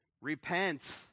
repent